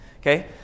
okay